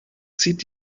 zieht